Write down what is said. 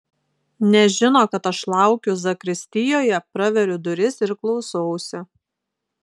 nežino kad aš laukiu zakristijoje praveriu duris ir klausausi